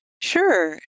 Sure